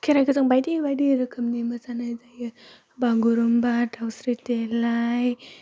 खेराइखौ जों बायदि बायदि रोखोमनि मोसानाय जायो बागुरुम्बा दावस्रि देलाइ